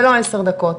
זה לא עשר דקות,